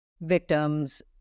victims